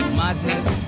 madness